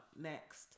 next